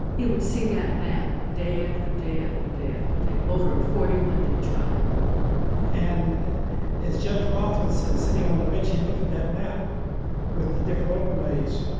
he would see that map day after day after day after day, over a forty one day trial and as judge roth was sitting on the bench, he'd look at that map with the different overlays,